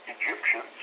Egyptians